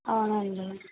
అవునండీ